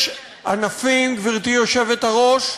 יש ענפים, גברתי היושבת-ראש,